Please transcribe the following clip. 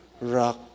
rock